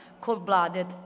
cold-blooded